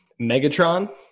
Megatron